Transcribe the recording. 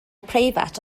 preifat